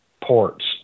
ports